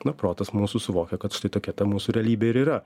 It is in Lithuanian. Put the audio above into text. na protas mūsų suvokia kad štai tokia ta mūsų realybė ir yra